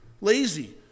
Lazy